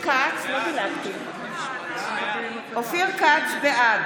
בעד חיים כץ, אינו נוכח ישראל כץ, בעד